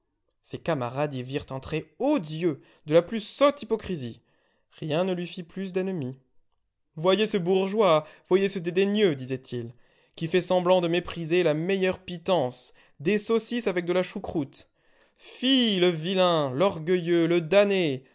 ses camarades y virent un trait odieux de la plus sotte hypocrisie rien ne lui fit plus d'ennemis voyez ce bourgeois voyez ce dédaigneux disaient-ils qui fait semblant de mépriser la meilleure pitance des saucisses avec de la choucroute fi le vilain l'orgueilleux le damné